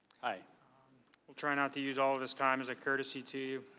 i will try not to use all of this time as a courtesy to